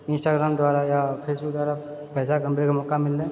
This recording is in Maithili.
इन्स्टाग्राम द्वारा या फेसबुक द्वारा पैसा कमबै कऽ मौका मिललै